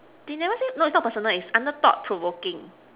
they never say no is not personal is under thought provoking